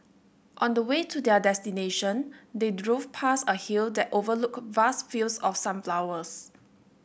on the way to their destination they drove past a hill that overlooked vast fields of sunflowers